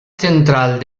central